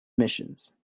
missions